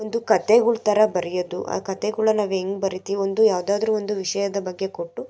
ಒಂದು ಕಥೆಗಳ ಥರ ಬರೆಯೋದು ಆ ಕಥೆಗಳ್ನ ನಾವು ಹೇಗ್ ಬರಿತೀವ್ ಒಂದು ಯಾವ್ದಾದರೂ ಒಂದು ವಿಷಯದ ಬಗ್ಗೆ ಕೊಟ್ಟು